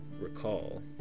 recall